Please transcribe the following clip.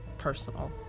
personal